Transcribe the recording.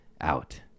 out